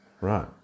Right